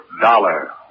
Dollar